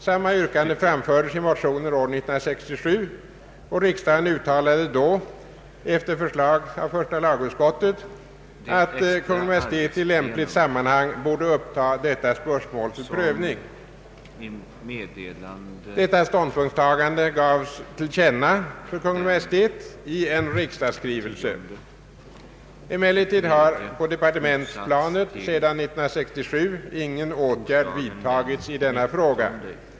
Samma yrkande framfördes i motioner år 1967, och riksdagen uttalade då, efter förslag av första lagutskottet, att Kungl. Maj:t i lämpligt sammanhang borde uppta spörsmålet till prövning. Detta ståndpunktstagande gavs till känna för Kungl. Maj:t i en riksdagsskrivelse. Emellertid har på departementsplanet sedan 1967 ingen åtgärd vidtagits i denna fråga.